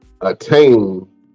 attain